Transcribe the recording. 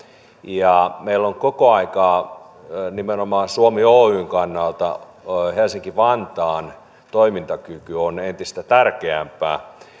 ja meillä koko aika nimenomaan suomi oyn kannalta helsinki vantaan toimintakyky on entistä tärkeämpää